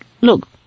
look